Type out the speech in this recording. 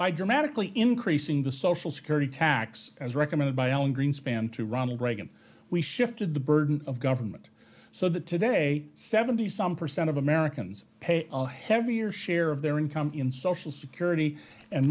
by dramatically increasing the social security tax as recommended by alan greenspan to ronald reagan we shifted the burden of government so that today seventy some percent of americans pay a heavy your share of their income in social security and